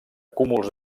cúmuls